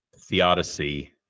theodicy